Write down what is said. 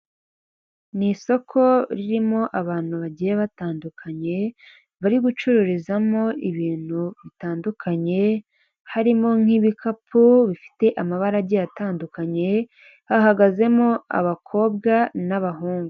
Ni isoko ririmo abantu bagiye batandukanye, bari gucururizamo ibintu bitandukanye harimo nk'ibikapu bifite amabarage atandukanye, hahagazemo abakobwa n'abahungu.